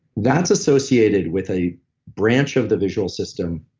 that's associated with a branch of the visual system.